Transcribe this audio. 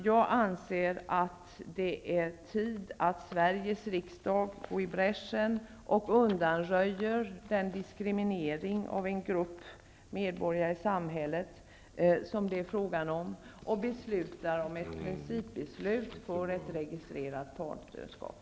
Jag anser att det är på tiden att Sveriges riksdag går i bräschen och undanröjer möjligheterna till diskriminering av en grupp medborgare i samhället, och fattar ett principbeslut om registrerat partnerskap.